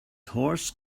horse